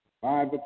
Five